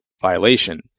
violation